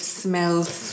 smells